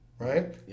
right